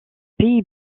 pays